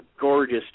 gorgeous